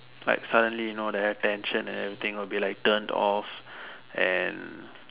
like suddenly you know the attention and everything will be like turned off and